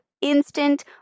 instant